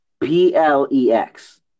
P-L-E-X